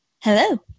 Hello